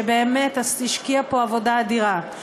שהשקיעה פה עבודה אדירה.